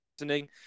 listening